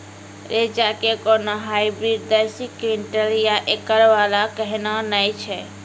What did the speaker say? रेचा के कोनो हाइब्रिड दस क्विंटल या एकरऽ वाला कहिने नैय छै?